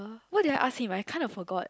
what did I ask him I kind of forgot